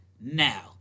now